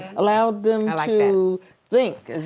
allowed them to think as